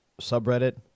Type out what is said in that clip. subreddit